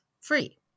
free